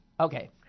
Okay